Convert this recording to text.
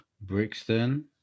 Brixton